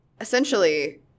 essentially